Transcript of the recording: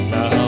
Now